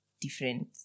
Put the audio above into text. different